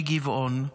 מגבעון.